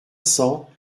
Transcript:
cents